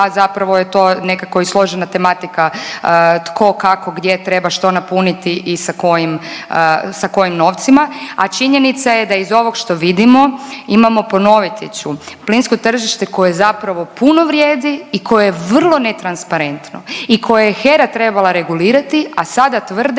zapravo je to i nekako složena tematika tko, kako, gdje treba što napuniti i sa kojim, sa kojim novcima. A činjenica je da iz ovog što vidimo imamo ponoviti ću, plinsko tržište koje zapravo puno vrijedi i koje je vrlo netransparentno i koje je HERA treba regulirati, a sada tvrde